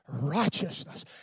righteousness